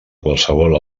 qualsevol